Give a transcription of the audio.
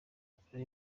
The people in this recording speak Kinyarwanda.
gufungura